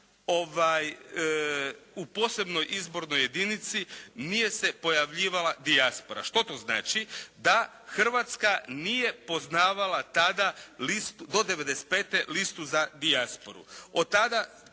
u posebnoj izbornoj jedinici nije se pojavljivala dijaspora. Što to znači? Da Hrvatska nije poznavala tada do '95. listu za dijasporu. Od tada